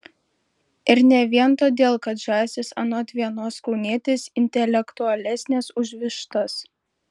ir ne vien todėl kad žąsys anot vienos kaunietės intelektualesnės už vištas